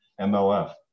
MLF